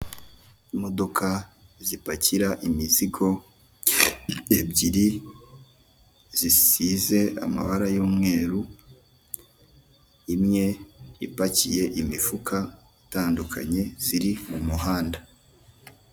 Imodoka zipakira imizigo ebyiri, zisize amabara y'umweru, imwe ipakiye imifuka itandukanye, ziri mumuhanda.